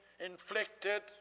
inflicted